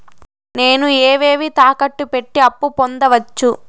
నేను ఏవేవి తాకట్టు పెట్టి అప్పు పొందవచ్చు?